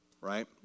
right